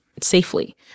safely